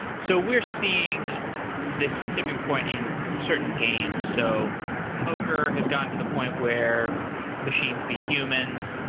so we're seeing this tipping point in certain games. so poker has got into the point where machines beat humans,